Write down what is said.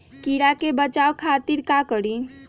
कीरा से बचाओ खातिर का करी?